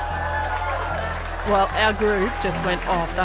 um well our group just went off.